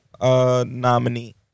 nominee